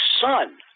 son